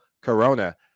Corona